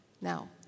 now